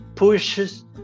pushes